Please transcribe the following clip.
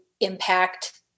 impact